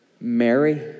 Mary